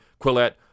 Quillette